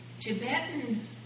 Tibetan